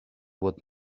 would